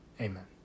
Amen